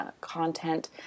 content